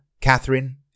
Catherine